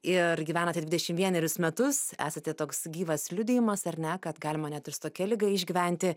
ir gyvenate dvidešim vienerius metus esate toks gyvas liudijimas ar ne kad galima net ir su tokia liga išgyventi